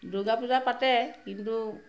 দুৰ্গা পূজা পাতে কিন্তু